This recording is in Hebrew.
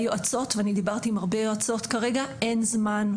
ליועצות ודיברתי עם הרבה יועצות אין להן זמן.